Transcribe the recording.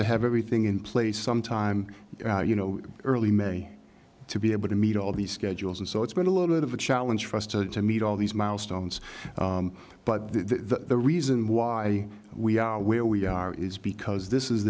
to have everything in place some time you know early may to be able to meet all these schedules and so it's been a little bit of a challenge for us to to meet all these but the reason why we are where we are is because this is